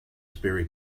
raspberry